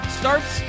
starts